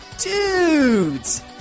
Dudes